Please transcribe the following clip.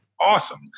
awesome